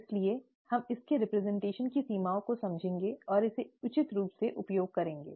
इसलिए हम इसके रेप्रज़ेन्टैशन की सीमाओं को समझेंगे और इसे उचित रूप से उपयोग करेंगे